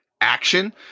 action